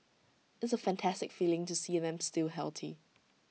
it's A fantastic feeling to see them still healthy